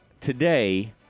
today